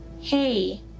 hey